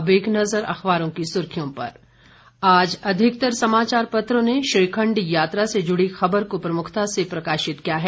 अब एक नजर अखबारों की सुर्खियों पर आज अधिकतर समाचार पत्रों ने श्रीखंड यात्रा से जुड़ी खबर को प्रमुखता से प्रकाशित किया है